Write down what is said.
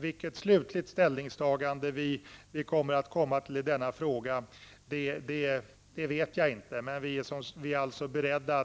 Vilket slutligt ställningstagande vi kommer att komma till i denna fråga vet jag inte, men vi är således beredda